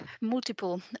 multiple